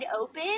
open